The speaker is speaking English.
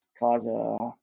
cause